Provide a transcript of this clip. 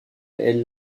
elle